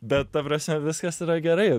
bet ta prasme viskas yra gerai